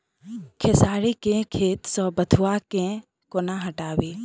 खेसारी केँ खेत सऽ बथुआ केँ कोना हटाबी